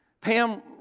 Pam